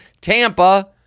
Tampa